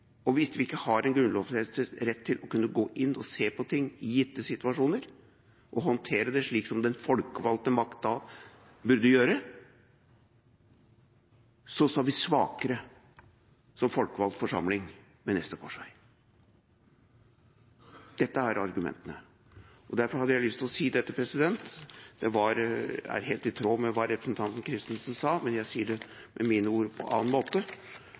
Hvis vi ikke har en grunnlovsrett til å kunne gå inn og se på ting i gitte situasjoner og håndtere det slik som den folkevalgte makt burde gjøre, står vi svakere som folkevalgt forsamling ved neste korsvei. Dette er argumentene. Derfor hadde jeg lyst til å si dette. Det er helt i tråd med hva representanten Christensen sa, men jeg sier det med mine ord på en annen måte.